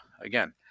again